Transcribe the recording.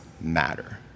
matter